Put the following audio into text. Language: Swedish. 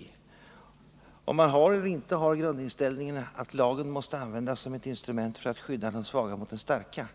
Det handlar om huruvida man har eller inte har grundinställningen att lagen skall användas som ett instrument för att skydda de svaga mot de starka,